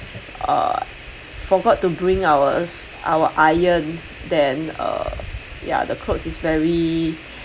uh forgot to bring ours our iron then uh ya the clothes is very